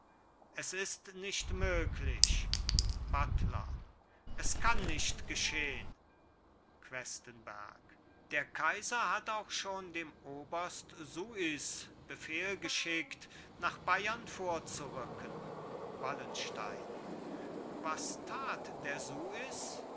es ist nicht möglich buttler es kann nicht geschehn questenberg der kaiser hat auch schon dem oberst suys befehl geschickt nach bayern vorzurücken wallenstein was tat der suys